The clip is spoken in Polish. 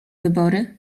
wybory